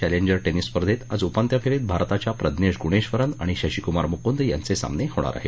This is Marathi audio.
चॅलेंजर टेनिस स्पर्धेत आज उपांत्य फेरीत भारताच्या प्रजनेश गुणेश्वरन आणि शशीक्मार मुकुंद यांचे सामने होणार आहेत